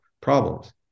problems